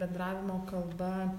bendravimo kalba